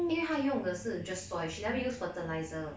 因为她用的是 just soil she never use fertiliser